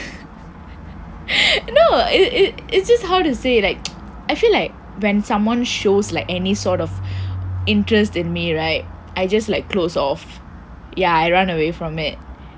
no it it's just how to say like I feel like when someone shows like any sort of interest in me right I just like closed off ya I run away from it